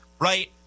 right